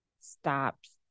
stops